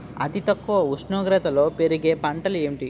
అతి తక్కువ ఉష్ణోగ్రతలో పెరిగే పంటలు ఏంటి?